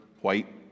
white